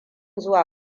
zuwa